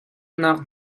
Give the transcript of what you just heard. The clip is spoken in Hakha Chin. nak